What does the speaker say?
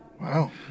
Wow